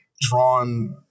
drawn